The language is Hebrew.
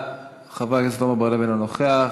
חבר הכנסת עמר בר-לב, אינו נוכח.